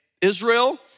Israel